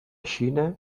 xina